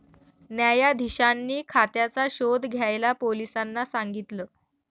न्यायाधीशांनी खात्याचा शोध घ्यायला पोलिसांना सांगितल